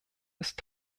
ist